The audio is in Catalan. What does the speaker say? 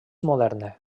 moderna